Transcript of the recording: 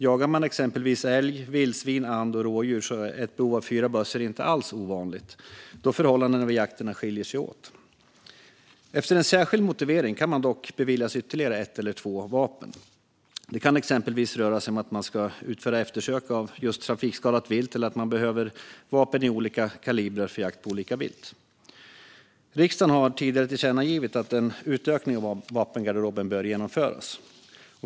Jagar man exempelvis älg, vildsvin, and och rådjur är ett behov av fyra bössor inte alls ovanligt då förhållandena vid jakterna skiljer sig åt. Efter särskild motivering kan man dock beviljas ytterligare ett eller två vapen. Det kan exempelvis röra sig om att man ska utföra eftersök av trafikskadat vilt eller att man behöver vapen av olika kalibrar för jakt på olika vilt. Riksdagen har tidigare tillkännagivit att en utökning av vapengarderoben bör genomföras.